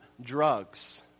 drugs